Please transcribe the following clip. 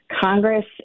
Congress